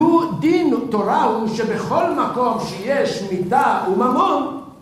דין ותורה הוא שבכל מקום שיש מיתה וממון